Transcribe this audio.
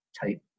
type